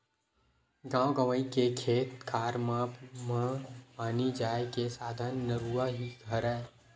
गाँव गंवई के खेत खार मन म पानी जाय के साधन नरूवा ही हरय